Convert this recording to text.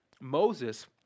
Moses